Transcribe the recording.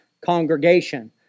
congregation